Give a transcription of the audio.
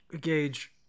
Gage